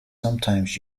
sometimes